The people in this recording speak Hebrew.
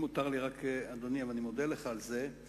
אם מותר לי, אדוני, ואני מודה לך על זה,